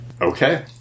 Okay